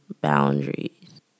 boundaries